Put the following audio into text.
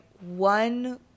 one